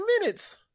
minutes